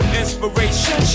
inspiration